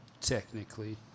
technically